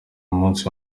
umunsi